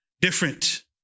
different